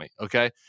Okay